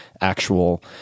actual